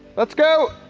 let's go!